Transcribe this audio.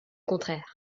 contraire